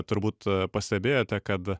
turbūt pastebėjote kad